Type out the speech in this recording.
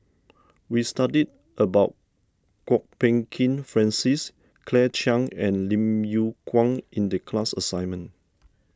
we studied about Kwok Peng Kin Francis Claire Chiang and Lim Yew Kuan in the class assignment